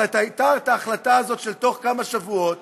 הייתה ההחלטה של תוך כמה שבועות,